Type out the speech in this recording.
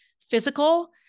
physical